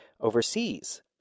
overseas